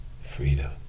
Freedom